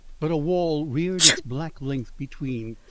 but a wall reared its black length between.